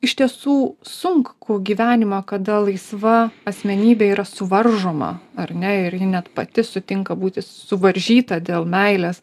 iš tiesų sunkų gyvenimą kada laisva asmenybė yra suvaržoma ar ne ir ji net pati sutinka būti suvaržyta dėl meilės